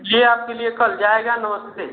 यह आपके लिए कल जाएगा नमस्ते